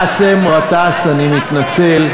באסם גטאס, אני מתנצל.